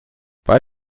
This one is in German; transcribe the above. bei